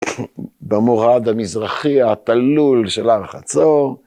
במורד המזרחי, התלול של הר חצור.